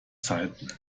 zeiten